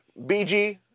BG